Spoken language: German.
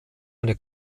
eine